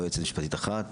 יועצת משפטית אחת,